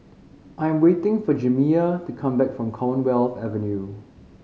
I am waiting for Jamiya to come back from Commonwealth Avenue